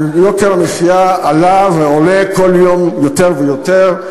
אבל יוקר המחיה עלה ועולה כל יום יותר ויותר.